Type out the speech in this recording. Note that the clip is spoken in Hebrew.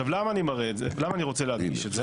למה אני רוצה להדגיש את זה?